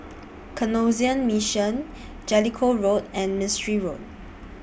Canossian Mission Jellicoe Road and Mistri Road